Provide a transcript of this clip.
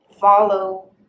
follow